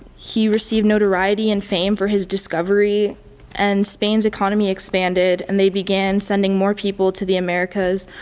he received notoriety and fame for his discovery and spain's economy expanded and they began sending more people to the america's.